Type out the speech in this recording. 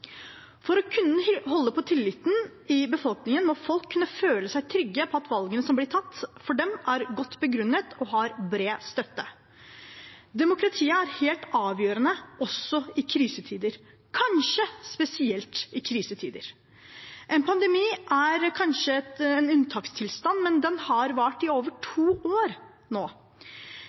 For å kunne holde på tilliten i befolkningen må folk kunne føle seg trygge på at valgene som blir tatt for dem, er godt begrunnet og har bred støtte. Demokratiet er helt avgjørende også i krisetider – kanskje spesielt i krisetider. En pandemi er kanskje en unntakstilstand, men den har vart i over to år nå.